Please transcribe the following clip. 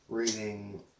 reading